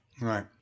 Right